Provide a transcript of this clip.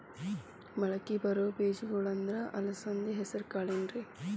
ಮಳಕಿ ಬರೋ ಬೇಜಗೊಳ್ ಅಂದ್ರ ಅಲಸಂಧಿ, ಹೆಸರ್ ಕಾಳ್ ಏನ್ರಿ?